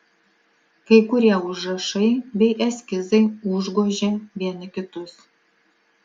kai kurie užrašai bei eskizai užgožė vieni kitus